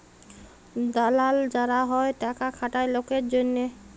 দালাল যারা হ্যয় টাকা খাটায় লকের জনহে